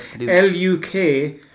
L-U-K